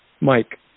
Mike